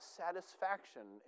satisfaction